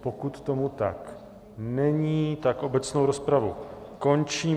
Pokud tomu tak není, obecnou rozpravu končím.